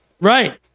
Right